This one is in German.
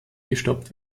gestoppt